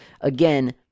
Again